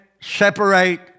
separate